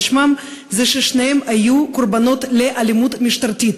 שמם הוא ששניהם היו קורבנות לאלימות משטרתית,